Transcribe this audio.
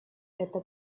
это